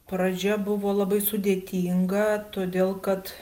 pradžia buvo labai sudėtinga todėl kad